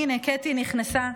הינה, קטי נכנסה.